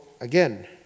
again